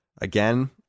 again